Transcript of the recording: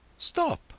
stop